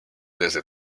desde